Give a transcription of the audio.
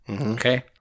Okay